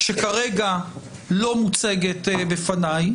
שכרגע לא מוצגת בפניי